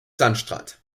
sandstrand